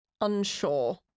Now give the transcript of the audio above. Unsure